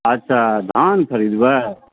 अच्छा धान खरीदबै